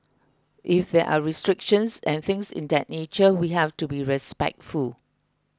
if there are restrictions and things in that nature we have to be respectful